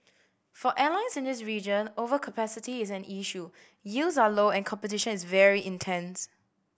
for airlines in this region overcapacity is an issue yields are low and competition is very intense